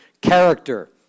character